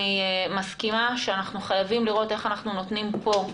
אני מסכימה שאנחנו חייבים לראות איך אנחנו נותנים סביב